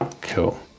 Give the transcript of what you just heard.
cool